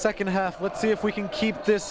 second half let's see if we can keep